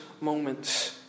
moments